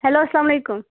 hello اَسلامُ علیکُم